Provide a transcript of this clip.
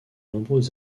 nombreux